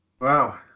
Wow